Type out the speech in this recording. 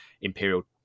Imperial